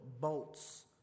bolts